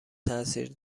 تاثیر